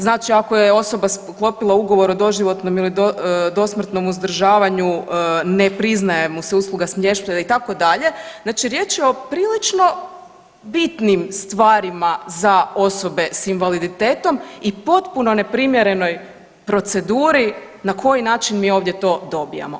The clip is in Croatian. Znači ako je osoba sklopila ugovor o doživotnom ili dosmrtnom uzdržavanju ne priznaje mu se usluga smještaja itd., znači riječ je o prilično bitnim stvarima za osobe s invaliditetom i potpuno neprimjerenoj proceduri na koji način mi to ovdje dobijamo.